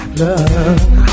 love